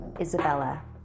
Isabella